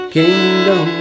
kingdom